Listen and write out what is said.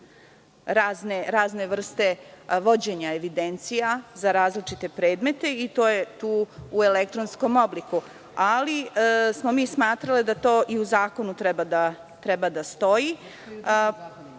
razne vrste vođenja evidencija za različite predmete i to u elektronskom obliku. Smatrale smo da to i u zakonu treba da stoji,